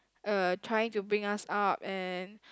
uh trying to bring us up and